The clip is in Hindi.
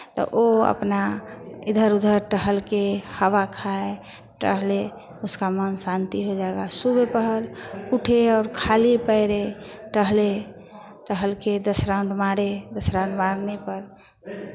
तो वो अपना इधर उधर टहल के हवा खाए टहले उसका मन शांति हो जाएगा सुबह पहर उठे और खाली पैरे टहले टहल के दस राउंड मारे दस राउंड मारने पर